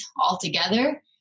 altogether